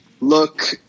look